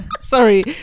Sorry